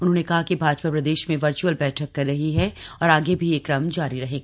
उन्होंने कहा कि भाजपा प्रदेश में वर्च्अल बैठक कर रही है और आगे भी यह क्रम जारी रहेगा